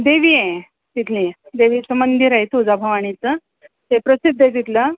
देवी आहे तिथली देवीचं मंदिर आहे तुळजाभवानीचं ते प्रसिद्ध आहे तिथलं